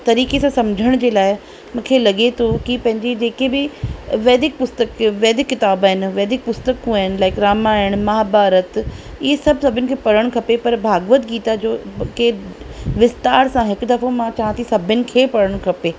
तरीक़े सां सम्झण जे लाइ मूंखे लॻे थो कि पंहिंजी जेके बि वैदिक पुस्तक वैदिक किताब आहिनि वैदिक पुस्तकूं आहिनि लाइक रामायण महाभारत इहे सभु सभिनि खे पढ़णु खपे पर भागवत गीता जो के विस्तार सां हिक दफ़ो मां चवां थी सभिनि खे पढ़णु खपे